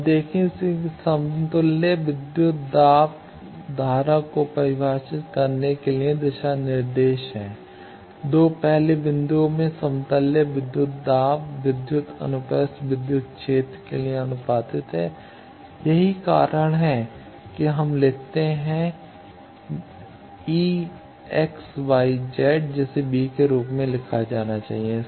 अब देखें कि समतुल्य विद्युत दाब धारा को परिभाषित करने के लिए दिशा निर्देश हैं 2 पहले बिंदुओं में समतुल्य विद्युत दाब विद्युत अनुप्रस्थ विद्युत क्षेत्र के लिए आनुपातिक है यही कारण है कि हम लिखते हैं E x y z जिसे V के रूप में लिखा जाना चाहिए